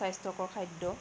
স্বাস্থ্যকৰ খাদ্য